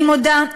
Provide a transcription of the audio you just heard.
אני מודה,